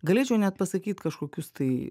galėčiau net pasakyt kažkokius tai